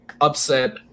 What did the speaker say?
Upset